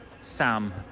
Sam